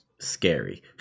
scary